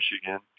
Michigan